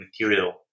material